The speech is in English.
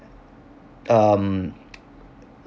um